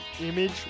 Image